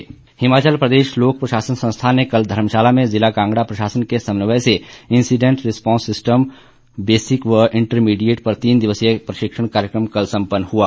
लोक प्रशासन संस्थान हिमाचल प्रदेश लोक प्रशासन संस्थान ने कल धर्मशाला में जिला कांगड़ा प्रशासन के समन्वय से incident response system IRS basic व ् इंटरमीडिएट पर तीन दिवसीय प्रशिक्षण कार्यक्रम कल सम्पन्न हुआ